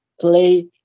play